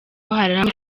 haramu